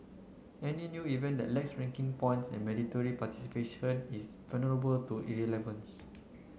any new event that lacks ranking points and mandatory participation is vulnerable to irrelevance